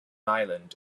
island